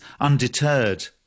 undeterred